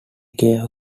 cave